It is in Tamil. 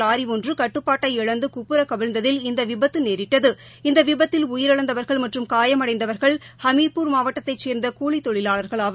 லாரி ஒன்று கட்டுப்பாட்டை இழந்து குப்புற கவிழந்ததில் இந்த விபத்து நேரிட்டது இந்த விபத்தில் உயிரிழந்தவர்கள் மற்றும் காயமளடந்தவர்கள் ஹமீர்பூர் மாவட்டத்தைச் சேர்ந்த கூலி தொழிலாளர்கள் ஆவர்